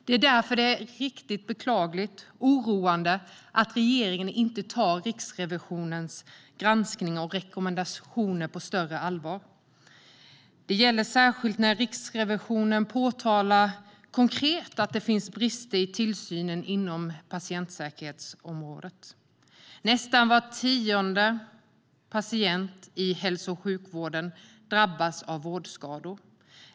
Det är därför riktigt beklagligt och oroande att regeringen inte tar Riksrevisionens granskning och rekommendationer på större allvar. Det gäller särskilt när Riksrevisionen konkret påtalar att det finns brister i tillsynen inom patientsäkerhetsområdet. Nästan var tionde patient i hälso och sjukvården drabbas av vårdskador.